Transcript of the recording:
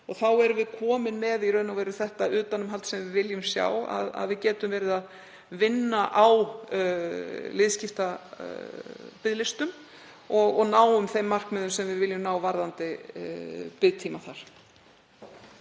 Þá erum við í raun komin með það utanumhald sem við viljum sjá, að við getum verið að vinna á liðskiptabiðlistum og náum þeim markmiðum sem við viljum ná varðandi biðtíma í þær.